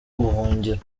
ubuhungiro